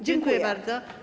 Dziękuję bardzo.